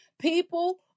People